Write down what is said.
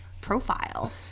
profile